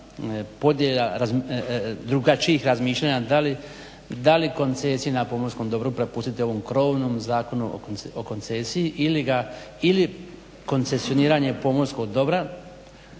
podjela drugačijih razmišljanja da li koncesije na pomorskom dobru prepustiti ovom krovnom Zakonu o koncesiji ili koncesioniranje pomorskog dobra